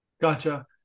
Gotcha